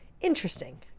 Interesting